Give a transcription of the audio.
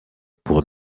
pour